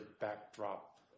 backdrop